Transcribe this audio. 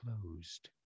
closed